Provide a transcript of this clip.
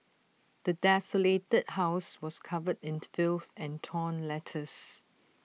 the desolated house was covered in filth and torn letters